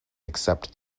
except